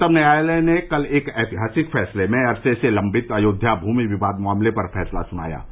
उच्चतम न्यायालय ने कल एक ऐतिहासिक फैसले में अरसे से लम्बित अयोध्या भूमि विवाद मामले पर फैसला सुनाया